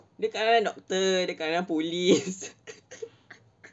dia kawan doctor dia kawan police